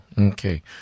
Okay